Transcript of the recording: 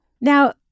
Now